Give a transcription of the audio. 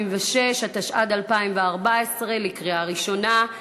76), התשע"ד 2014, לקריאה ראשונה.